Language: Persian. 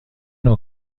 نوع